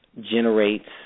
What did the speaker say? generates